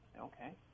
Okay